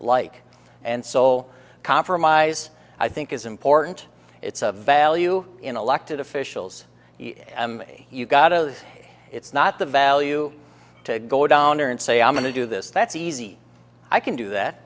like and so compromise i think is important it's a value in elected officials you've got a it's not the value to go down and say i'm going to do this that's easy i can do that